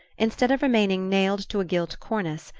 instead of remaining nailed to a gilt cornice,